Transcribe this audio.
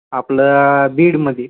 आपलं बीडमध्ये